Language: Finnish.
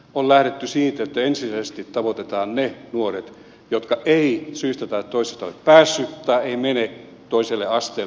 on lähdetty siitä että ensisijaisesti tavoitetaan ne nuoret jotka eivät syystä tai toisesta ole päässeet tai eivät mene toiselle asteelle